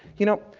you know,